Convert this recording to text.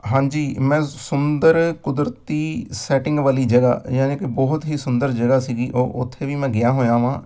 ਹਾਂਜੀ ਮੈਂ ਸੁੰਦਰ ਕੁਦਰਤੀ ਸੈਟਿੰਗ ਵਾਲੀ ਜਗ੍ਹਾ ਯਾਨੀ ਕਿ ਬਹੁਤ ਹੀ ਸੁੰਦਰ ਜਗ੍ਹਾ ਸੀਗੀ ਉਹ ਉੱਥੇ ਵੀ ਮੈਂ ਗਿਆ ਹੋਇਆ ਹਾਂ